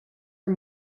are